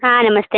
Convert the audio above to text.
हाँ नमस्ते